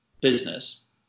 business